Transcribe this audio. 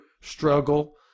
struggle